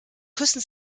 küssen